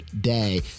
day